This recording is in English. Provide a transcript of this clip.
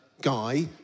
guy